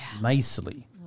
nicely